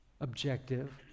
objective